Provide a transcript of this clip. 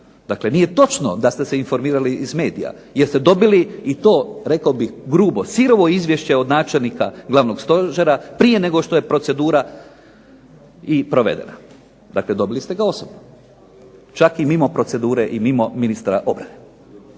Dakle nije točno da ste se informirali iz medija, jer ste dobili i to, rekao bih grubo, sirovo izvješće od načelnika glavnog stožera prije nego što je procedura i provedena. Dakle dobili ste ga osobno. Čak i mimo procedure, i mimo ministra obrane.